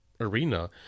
arena